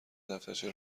دفترچه